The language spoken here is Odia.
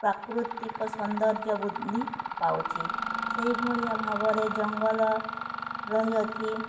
ପ୍ରାକୃତିକ ସୌନ୍ଦର୍ଯ୍ୟ ବୁଦ୍ଧି ପାଉଛି ସେହି ଭଳିଆ ଭାବରେ ଜଙ୍ଗଲ ରହିଅଛି